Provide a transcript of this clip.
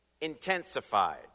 intensified